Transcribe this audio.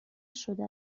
شده